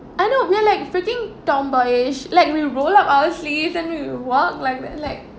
I don't really like freaking tomboyish like we roll up our sleeves and we walk like that like